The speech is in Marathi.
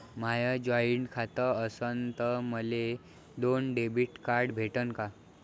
माय जॉईंट खातं असन तर मले दोन डेबिट कार्ड भेटन का?